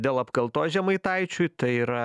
dėl apkaltos žemaitaičiui tai yra